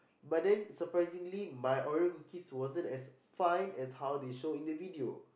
but then surprisingly my Oreo cookies wasn't as fine as how they show in the video